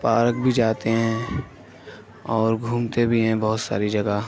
park بھی جاتے ہیں اور گھومتے بھی ہیں بہت ساری جگہ